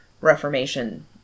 Reformation